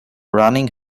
running